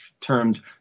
termed